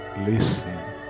listen